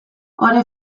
ore